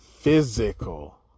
Physical